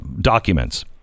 documents